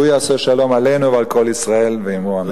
הוא יעשה שלום עלינו ועל כל ישראל ואמרו אמן.